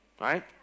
right